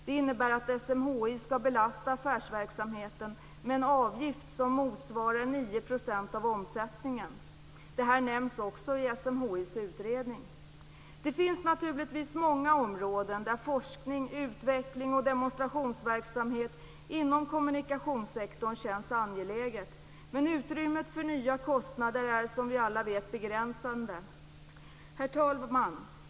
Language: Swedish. Det innebär att SMHI skall belasta affärsverksamheten med en avgift som motsvarar 9 % av omsättningen. Detta nämns också i SMHI:s utredning. Det finns naturligtvis många områden där forskning, utveckling och demonstrationsverksamhet inom kommunikationssektorn känns angeläget, men utrymmet för nya kostnader är, som vi alla vet, begränsade. Herr talman!